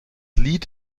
lied